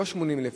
לא 80,000,